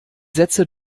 sätze